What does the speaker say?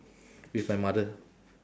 with my mother